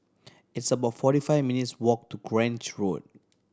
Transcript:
it's about forty five minutes' walk to Grange Road